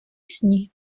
сніг